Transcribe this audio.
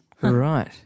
Right